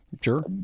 Sure